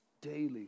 daily